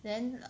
then